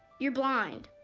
you're blind,